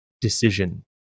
decision